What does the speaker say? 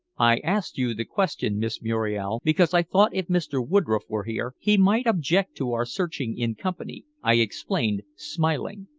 i asked you the question, miss muriel, because i thought if mr. woodroffe were here, he might object to our searching in company, i explained, smiling.